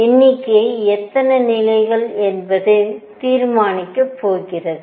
எண்ணிக்கையை எத்தனை நிலைகள் என்பது தீர்மானிக்கப் போகிறது